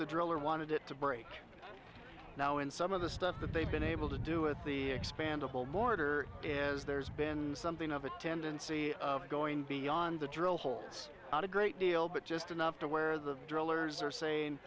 the driller wanted it to break now and some of the stuff that they've been able to do with the expandable mortar is there's been something of a tendency of going beyond the drill holes not a great deal but just enough to where the drillers are saying